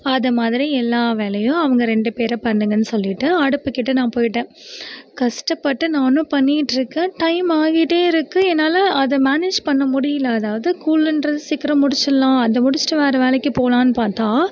அது மாதிரி எல்லா வேலையும் அவங்க ரெண்டு பேரும் பண்ணுங்கன்னு சொல்லிவிட்டு அடுப்புக்கிட்டே நான் போய்விட்டேன் கஷ்டப்பட்டு நானும் பண்ணிக்கிட்டிருக்கேன் டைம் ஆகிகிட்டே இருக்குது என்னால் அதை மேனேஜ் பண்ண முடியல அதாவது கூழுன்றது சீக்கிரம் முடிச்சுட்லாம் அதை முடிச்சுட்டு வேறு வேலைக்கு போகலான்னு பார்த்தா